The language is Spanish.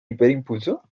hiperimpulso